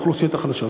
לאוכלוסיות החלשות.